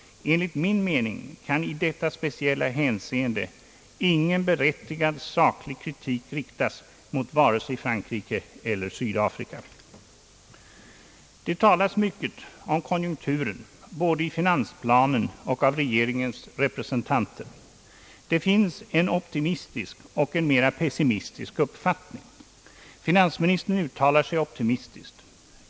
Enligt min mening kan i detta speciella hänseende ingen berättigad sak lig kritik riktas mot vare sig Frankrike eller Sydafrika. Det talas mycket om konjunkturen, både i finansplanen och av regeringens representanter. Det finns en optimistisk och en mera pessimistisk uppfattning. Finansministern uttalar sig optimistiskt.